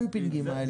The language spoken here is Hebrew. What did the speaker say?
נשמח.